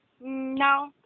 No